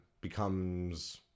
becomes